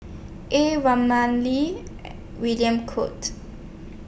A Ramli William Goode